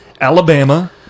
Alabama